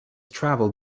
travelled